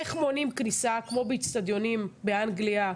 איך מונעים כניסה כמו באצטדיונים באנגליה,